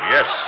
Yes